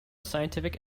scientific